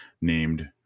named